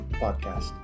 podcast